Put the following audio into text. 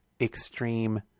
extreme